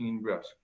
risk